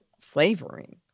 flavoring